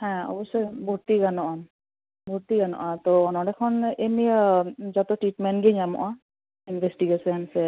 ᱦᱮᱸ ᱚᱵᱚᱥᱥᱳᱭ ᱵᱷᱩᱨᱛᱤ ᱜᱟᱱᱚᱜᱼᱟ ᱛᱚ ᱱᱚᱸᱰᱮ ᱠᱷᱚᱱ ᱮᱢᱱᱤ ᱡᱚᱛᱚ ᱴᱤᱴᱢᱮᱱᱴ ᱜᱮ ᱧᱟᱢᱚᱜᱼᱟ ᱤᱱᱵᱷᱮᱥᱴᱤᱜᱮᱥᱚᱱ ᱥᱮ